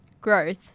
growth